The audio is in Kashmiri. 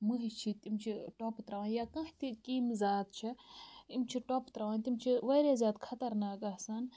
مٔہۍ چھِ تِم چھِ ٹۄپہٕ تراوان یا کانٛہہ تہِ قٮ۪مۍ زات چھےٚ یِم چھِ ٹۄپہٕ تراوان تِم چھِ واریاہ زیادٕ خطرناک آسان